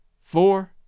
four